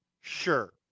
sure